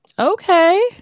Okay